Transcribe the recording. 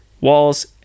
walls